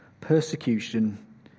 Persecution